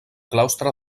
claustre